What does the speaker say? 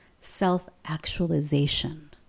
self-actualization